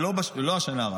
ולא רק השנה,